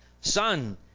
Son